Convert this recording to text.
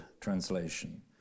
translation